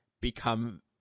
become